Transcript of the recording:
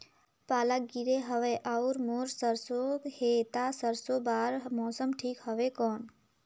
पाला गिरे हवय अउर मोर सरसो हे ता सरसो बार मौसम ठीक हवे कौन?